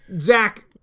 Zach